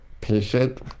patient